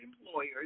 employers